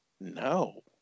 No